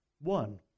one